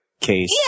case